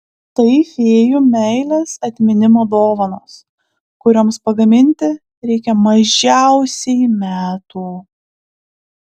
tai fėjų meilės atminimo dovanos kurioms pagaminti reikia mažiausiai metų